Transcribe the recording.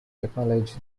acknowledge